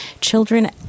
Children